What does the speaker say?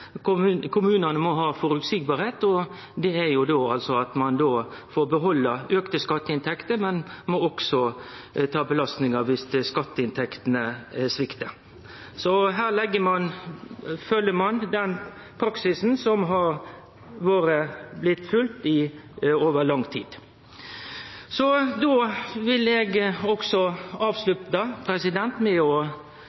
det er at ein får behalde auka skatteinntekter, men så må ein ta belastninga dersom skatteinntektene sviktar. Så her følgjer ein den praksisen som har blitt følgd over lang tid. Då vil eg